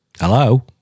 Hello